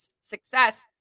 success